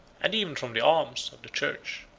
and even from the alms, of the church.